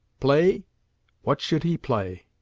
play what should he play?